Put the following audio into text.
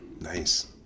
nice